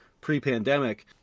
pre-pandemic